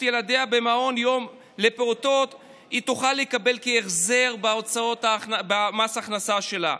ילדיה במעון יום לפעוטות היא תוכל לקבל כהחזר הוצאות במס הכנסה שלה.